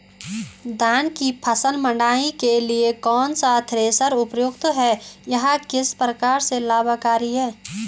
धान की फसल मड़ाई के लिए कौन सा थ्रेशर उपयुक्त है यह किस प्रकार से लाभकारी है?